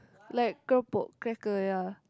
like keropok cracker ya